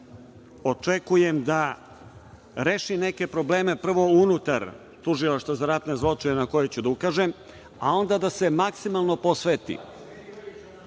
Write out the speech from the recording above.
očekujem da reši neke probleme, prvo unutar Tužilaštva za ratne zločine na koje ću da ukažem, a onda da se maksimalno posveti